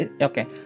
okay